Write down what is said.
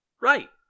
Right